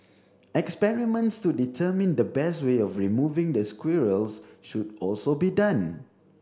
experiments to determine the best way of removing the squirrels should also be done